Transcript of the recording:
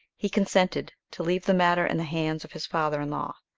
he consented to leave the matter in the hands of his father-in-law.